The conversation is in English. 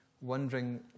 wondering